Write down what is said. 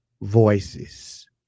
voices